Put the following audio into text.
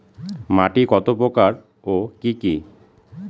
মাটি কত প্রকার ও কি কি?